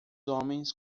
homens